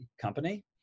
company